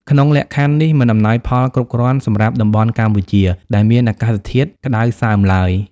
ក្នុងលក្ខខណ្ឌនេះ មិនអំណោយផលគ្រប់គ្រាន់សម្រាប់តំបន់កម្ពុជាដែលមានអាកាសធាតុក្តៅសើមឡើយ។